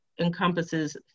encompasses